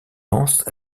lancent